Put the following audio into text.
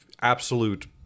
absolute